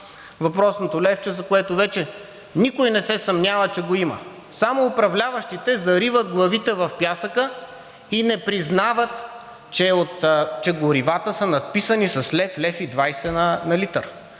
Въпросното левче, за което вече никой не се съмнява, че го има, само управляващите зариват главите в пясъка и не признават, че горивата са надписани с 1 лв. – 1,20 лв. на литър.